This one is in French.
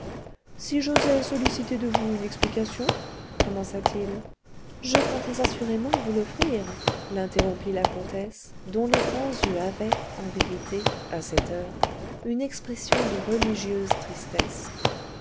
si j'osais solliciter de vous une explication commença-t-il je comptais assurément vous l'offrir l'interrompit la comtesse dont les grands yeux avaient en vérité à cette heure une expression de religieuse tristesse